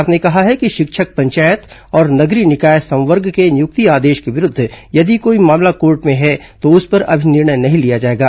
राज्य सरकार ने कहा है कि शिक्षक पंचायत और नगरीय निकाय संवर्ग के नियुक्ति आदेश के विरुद्ध यदि कोई मामला कोर्ट में है तो उस पर अभी निर्णय नहीं लिया जायेगा